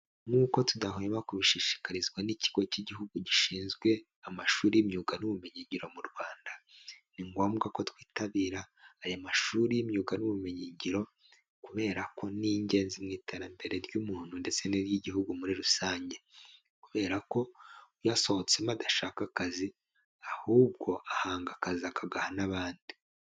Nk'uko tudahwema kubishishikarizwa n'ikigo cy'igihugu gishinzwe amashuri imyuga n'ubumenyingiro mu Rwanda, ni ngombwa ko twitabira aya mashuri y'imyuga n'ubumenyi ngiro, kubera ko ni ingenzi mu iterambere ry'umuntu ndetse n'iry'igihugu muri rusange, kubera ko uyasohotsemo adashaka akazi, ahubwo ahanga akazi akagaha n'abandi.